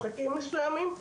משחקים מסוימים.